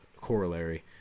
corollary